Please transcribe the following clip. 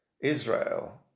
Israel